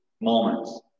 moments